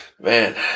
Man